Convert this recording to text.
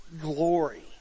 glory